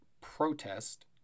protest